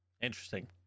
interesting